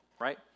Right